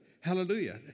Hallelujah